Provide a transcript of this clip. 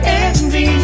envy